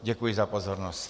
Děkuji za pozornost.